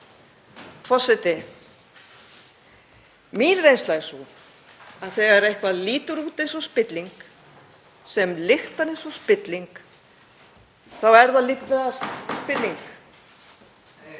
Forseti. Mín reynsla er sú að þegar eitthvað lítur út eins og spilling, sem lyktar eins og spilling, þá er það líklegast spilling.